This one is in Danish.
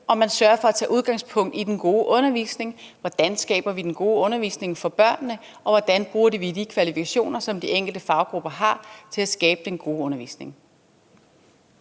at man sørger for at tage udgangspunkt i den gode undervisning: Hvordan skaber vi den gode undervisning for børnene, og hvordan bruger vi de kvalifikationer, som de enkelte faggrupper har, til at skabe den gode undervisning?